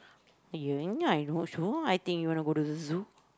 I not sure I think you wanna go to the zoo